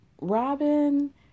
Robin